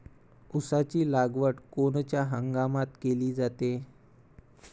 ऊसाची लागवड कोनच्या हंगामात केली जाते?